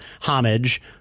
Homage